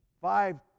five